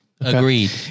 Agreed